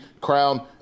Crown